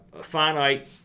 finite –